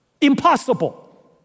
Impossible